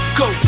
go